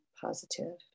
positive